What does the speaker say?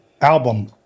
album